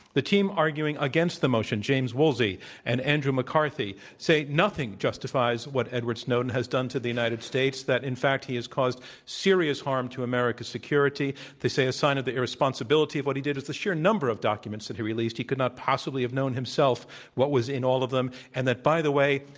the team arguing against the motion, james woolsey and andrew mccarthy say nothing justifies what edward snowden has done to the united states that in fact he has caused series harm to america's security they say a sign of the irresponsibility of what he did was the sheer number of documents that he released. he could not have possibly known himself what was in all of them, and that, by the way,